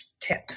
tip